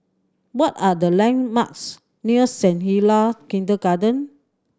what are the landmarks near Saint Hilda Kindergarten